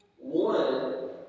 One